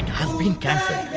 have been caught!